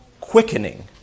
quickening